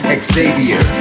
xavier